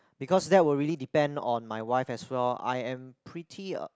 because that will really depend on my wife as well I am pretty